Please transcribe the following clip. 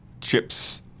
chips